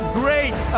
great